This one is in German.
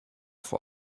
vor